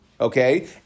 okay